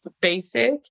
basic